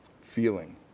feeling